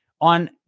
on